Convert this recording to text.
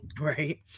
right